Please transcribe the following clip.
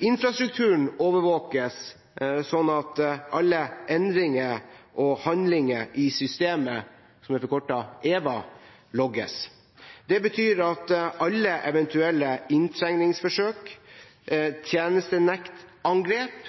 Infrastrukturen overvåkes slik at alle endringer og handlinger i systemet – som er forkortet EVA – logges. Det betyr at alle eventuelle inntrengningsforsøk, tjenestenektangrep